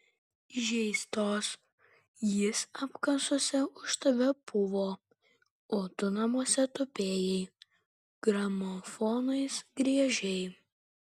žeistos jis apkasuose už tave puvo o tu namuose tupėjai gramofonais griežei